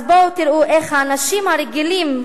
אז בואו תראו איך האנשים "הרגילים",